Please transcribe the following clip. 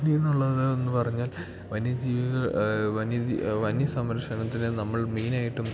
പിന്നെ എന്നുള്ളത് ഒന്ന് പറഞ്ഞാൽ വന്യജീവികൾ വന്യസംരക്ഷണത്തിന് നമ്മൾ മെയ്നായിട്ടും